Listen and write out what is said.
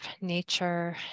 nature